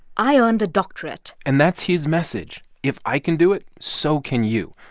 i earned a doctorate and that's his message. if i can do it, so can you.